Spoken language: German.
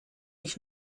ich